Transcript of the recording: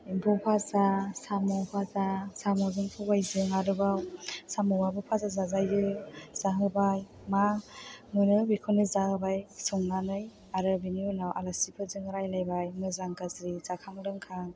एम्फौ भाजा साम' भाजा साम'जों सबाइजों आरोबाव साम'आबो भाजा जाजायो जाहोबाय मा मोनो बेखौनो जाहोबाय संनानै आरो बेनि उनाव आलासिफोरजों रायज्लायबाय मोजां गाज्रि जाखां लोंखां